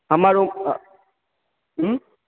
हमर उँ